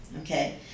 okay